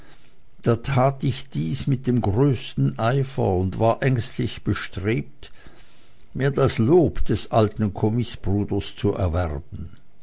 da tat ich dies mit dem größten eifer und war ängstlich bestrebt mir das lob des alten kommißbruders zu erwerben